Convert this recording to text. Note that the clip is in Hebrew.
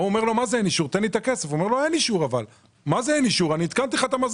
ההוא אומר לו, מה זה אין אישור, תן לי את הכסף.